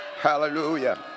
Hallelujah